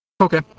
Okay